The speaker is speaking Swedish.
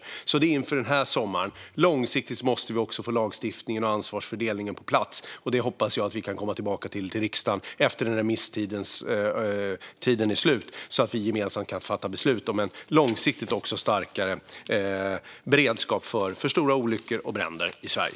Det är alltså inför denna sommar. Långsiktigt måste vi också få lagstiftningen och ansvarsfördelningen på plats. Det hoppas jag att vi kan komma tillbaka till riksdagen med när remisstiden är slut så att vi gemensamt kan fatta beslut också om en långsiktigt starkare beredskap för stora olyckor och bränder i Sverige.